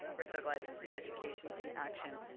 we're so glad to see education in action.